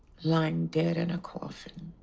lying dead in a coffin,